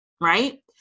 right